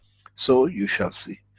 so you shall see.